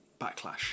backlash